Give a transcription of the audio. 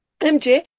MJ